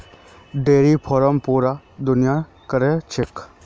dairy farming पूरा दुनियात क र छेक